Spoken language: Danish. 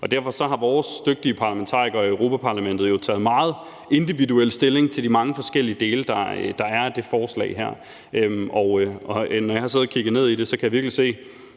Derfor har vores dygtige parlamentarikere i Europa-Parlamentet jo taget meget individuel stilling til de mange forskellige dele af det her forslag, og når jeg har siddet og kigget ned i det, har jeg virkelig